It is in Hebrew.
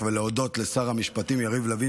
ולהודות לשר המשפטים יריב לוין,